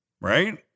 right